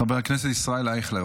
חבר הכנסת ישראל אייכלר,